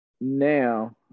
Now